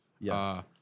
Yes